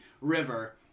River